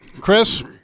Chris